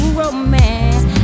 romance